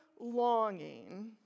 longing